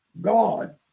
God